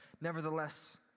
Nevertheless